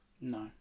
No